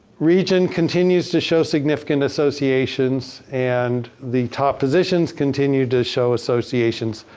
region continues to show significant associations and the top positions continue to show associations.